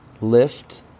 lift